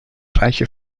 reiche